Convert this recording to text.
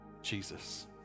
jesus